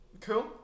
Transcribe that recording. Cool